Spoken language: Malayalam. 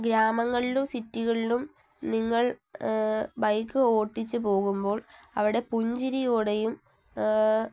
ഗ്രാമങ്ങളിലും സിറ്റികളിലും നിങ്ങൾ ബൈക്ക് ഓടിച്ചുപോകുമ്പോൾ അവിടെ പുഞ്ചിരിയോടെയും